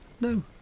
No